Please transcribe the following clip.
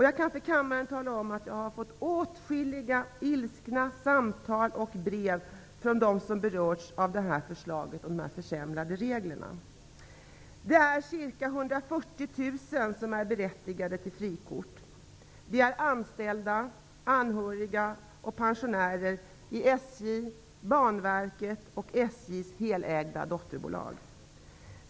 Jag kan för kammaren tala om att jag fått åtskilliga ilskna telefonsamtal och brev från dem som berörts av förslaget om försämrade regler. Det är ca 140 000 inom SJ som är berättigade till frikort. Det är anställda, anhöriga och pensionärer i SJ, Banverket och SJ:s helägda dotterbolag.